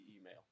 email